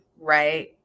right